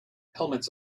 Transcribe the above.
helmets